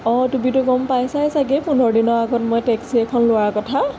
অঁ তুমিটো গম পাইছাই চাগে পোন্ধৰ দিনৰ আগত মই টেক্সি এখন লোৱাৰ কথা